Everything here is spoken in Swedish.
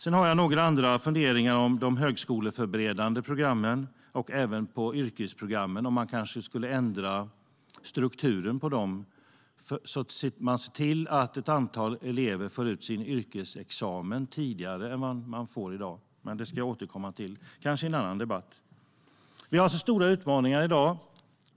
Jag har några andra funderingar om de högskoleförberedande programmen och även yrkesprogrammen, att man kanske skulle ändra strukturen på dem för att se till att ett antal elever får ut sin yrkesexamen tidigare än man får i dag. Men det ska jag återkomma till, kanske i en annan debatt. Vi har stora utmaningar i dag.